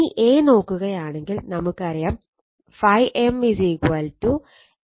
ഇനി A നോക്കുകയാണെങ്കിൽ നമുക്കറിയാം ∅m A ഫ്ളക്സ് ഡെൻസിറ്റി ആണ്